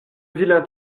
vilain